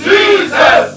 Jesus